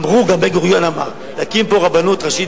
גם בן-גוריון אמר: נקים פה רבנות ראשית